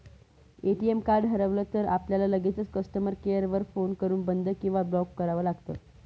ATM card हरवलं तर, आपल्याला लगेचच कस्टमर केअर वर फोन करून बंद किंवा ब्लॉक करावं लागतं